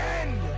end